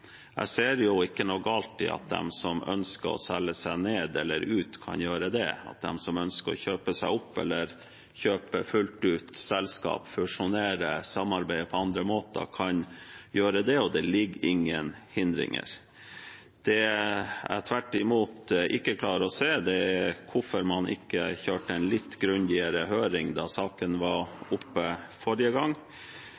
at de som ønsker å selge seg ned eller ut, kan gjøre det, og at de som ønsker å kjøpe seg opp eller kjøpe selskap fullt ut, fusjonere og samarbeide på andre måter, kan gjøre det. Det er ingen hindringer. Det jeg tvert imot ikke klarer å se, er hvorfor man ikke kjørte en litt grundigere høring da saken var